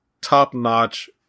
top-notch